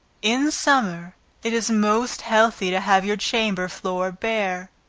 in summer it is most healthy to have your chamber floor bare,